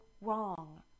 wrong